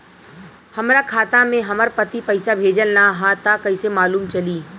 हमरा खाता में हमर पति पइसा भेजल न ह त कइसे मालूम चलि?